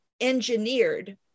engineered